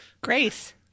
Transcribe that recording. Grace